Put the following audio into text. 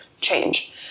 change